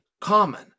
common